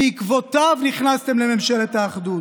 שבעקבותיו נכנסתם לממשלת האחדות.